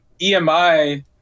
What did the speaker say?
EMI